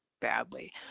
badly